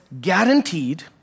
guaranteed